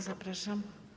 Zapraszam.